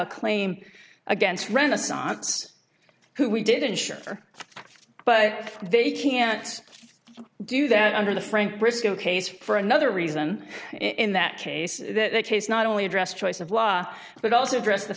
a claim against renaissance who we didn't show for but they can't do that under the frank briscoe case for another reason in that case that case not only address choice of law but also address the